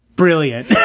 Brilliant